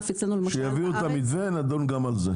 כשיביאו את המבנה, נדון גם בזה.